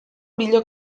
millor